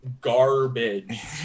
garbage